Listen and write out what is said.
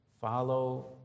follow